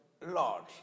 Lord